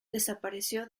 desapareció